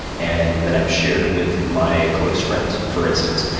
and that i've shared with my close friends, for instance.